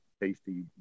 tasty